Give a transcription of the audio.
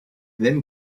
then